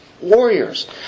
warriors